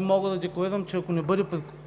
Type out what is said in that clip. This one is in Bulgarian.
Мога да декларирам, че ако не бъде подкрепено